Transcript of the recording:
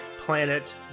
planet